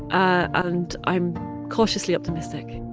ah and i'm cautiously optimistic